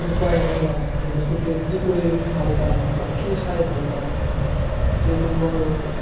এনেকুৱা এনেকুৱা সেই বস্তুটোৱে কি কৰি ভাল পায় বা কি খাই ভাল পায় তেওঁলোকৰ